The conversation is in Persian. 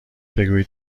بگویید